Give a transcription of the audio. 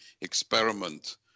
experiment